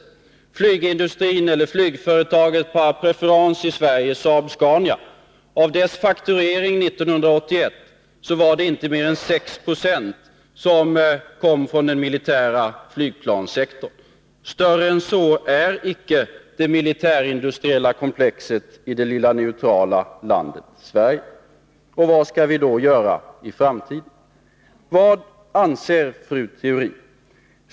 Flygföretaget par preference i Sverige är Saab Scania. Av dess fakturering 1981 kom inte mer än 6 90 från den militära flygplanssektorn. Större än så är inte det militärindustriella komplexet i det lilla neutrala landet Sverige. Och vad skall vi då göra i framtiden? Vad anser fru Theorin?